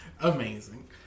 Amazing